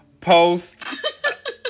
post